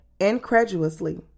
incredulously